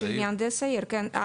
של מהנדס העיר כן.